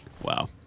Wow